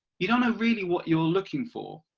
you don't know really what you are looking for.